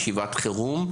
ישיבת חירום,